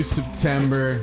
September